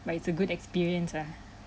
but it's a good experience ah